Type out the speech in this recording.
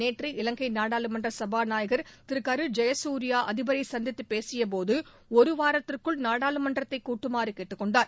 நேற்று இலங்கை நாடாளுமன்ற சபாநாயகர் திரு கரு ஜெயசூர்யா அதிபரை சந்தித்த பேசிய போது ஒரு வாரத்திற்குள் நாடாளுமன்றத்தைக் கூட்டுமாறு கேட்டுக் கொண்டார்